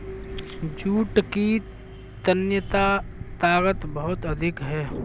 jute की तन्यता ताकत बहुत अधिक है